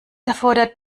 erfordert